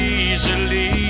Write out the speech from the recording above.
easily